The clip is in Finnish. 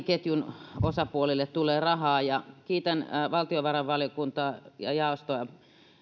ketjun osapuolille tulee rahaa ja kiitän valtiovarainvaliokuntaa ja jaostoa